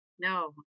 No